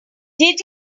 did